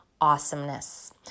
awesomeness